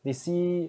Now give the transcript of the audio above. they see